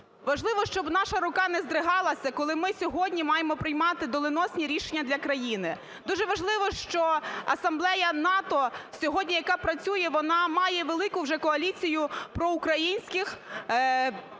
Важливо, щоб наша рука не здригалася, коли ми сьогодні маємо приймати доленосні рішення для країни. Дуже важливо, що Асамблея НАТО сьогодні, яка працює, вона має велику вже коаліцію проукраїнських